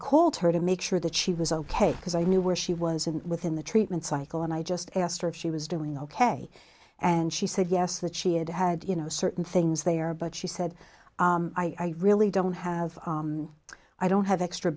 called her to make sure that she was ok because i knew where she wasn't within the treatment cycle and i just asked her if she was doing ok and she said yes that she had had you know certain things they are but she said i really don't have i don't have extra